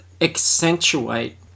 accentuate